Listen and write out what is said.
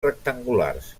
rectangulars